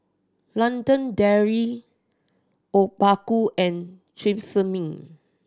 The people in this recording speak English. London Dairy Obaku and Tresemme